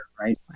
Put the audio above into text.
right